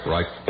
Right